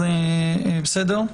בסדר?